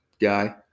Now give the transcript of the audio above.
guy